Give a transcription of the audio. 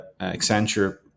Accenture